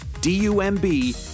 D-U-M-B